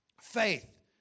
faith